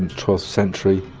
and twelfth century,